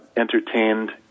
entertained